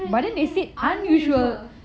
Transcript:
mm mm mm unusual